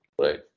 Right